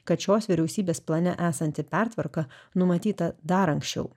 kad šios vyriausybės plane esanti pertvarka numatyta dar anksčiau